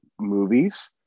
movies